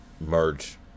merge